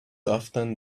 often